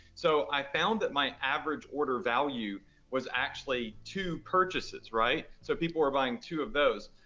so i found that my average order value was actually two purchases, right? so people were buying two of those.